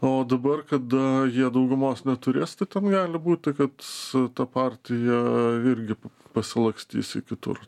o dabar kada jie daugumos neturės ten gali būti kad su ta partija irgi pasilakstys į kitur